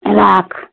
राख